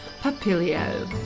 Papilio